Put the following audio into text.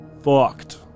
Fucked